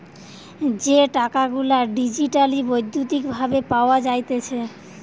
যে টাকা গুলা ডিজিটালি বৈদ্যুতিক ভাবে পাওয়া যাইতেছে